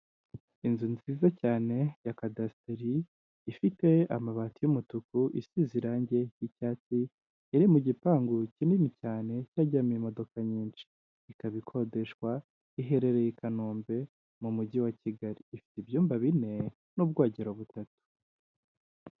Inzu nziza cyane ya Kadasiteri, ifite amabati y'umutuku, isize irangi ry'icyatsi, iri mu gipangu kinini cyane cyajyamo imodoka nyinshi, ikaba ikodeshwa, iherereye i Kanombe mu Mujyi wa Kigali, ifite ibyumba bine n'ubwogero butatu.